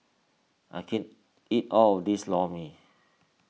I can't eat all of this Lor Mee